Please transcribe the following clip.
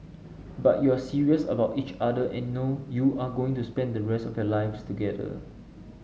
but you're serious about each other and know you're going to spend the rest of your lives together